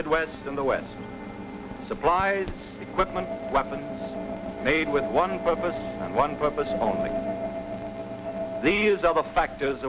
midwest and the west supplies equipment weapons made with one purpose and one purpose only the use of the factors